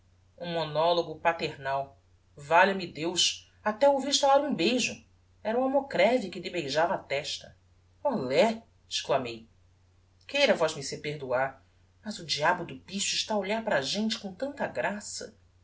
um monologo paternal valha-me deus até ouvi estalar um beijo era o almocreve que lhe beijava a testa olé exclamei queira vosmecê perdoar mas o diabo do bicho está a olhar para a gente com tanta graça